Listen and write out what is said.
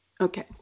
Okay